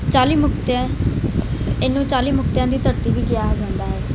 ਚਾਲੀ ਮੁਕਤਿਆ ਇਹਨੂੰ ਚਾਲੀ ਮੁਕਤਿਆਂ ਦੀ ਧਰਤੀ ਵੀ ਕਿਹਾ ਜਾਂਦਾ ਹੈ